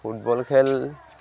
football খেল